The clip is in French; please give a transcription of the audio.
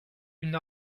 une